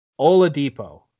Oladipo